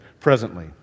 presently